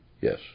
Yes